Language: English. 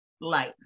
light